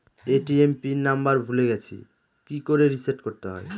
ATM pin number ভুলে গেছি কি করে রিসেট করতে হয়?